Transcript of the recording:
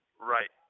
right